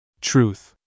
Truth